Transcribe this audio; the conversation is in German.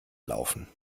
laufen